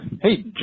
Hey